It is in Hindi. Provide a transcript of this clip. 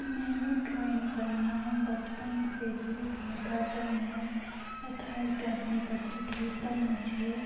मैंने ड्राइंग करना बचपन से शुरू किया था जब मैं थर्ड क्लास में पढ़ती थी तब मुझे